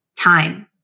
time